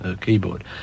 keyboard